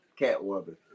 Catwoman